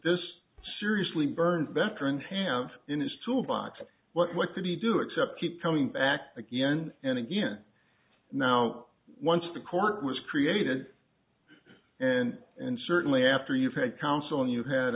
this seriously burned veteran have in his tool box and what did he do except keep coming back again and again now once the court was created and and certainly after you've had counseling you had